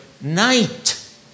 night